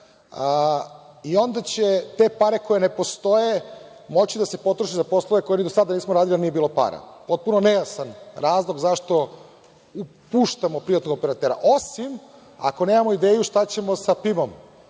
Onda će te pare koje ne postoje moći da se potroše za poslove koje ni do sada nismo radili, jer nije bilo para. Potpuno nejasan razlog zašto puštamo privatnog operatera, osim ako nemamo ideju šta ćemo sa PIM-om